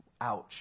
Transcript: Ouch